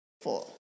four